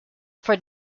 for